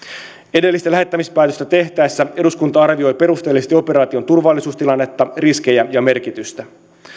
edellistä lähettämispäätöstä tehtäessä eduskunta arvioi perusteellisesti operaation turvallisuustilannetta riskejä ja merkitystä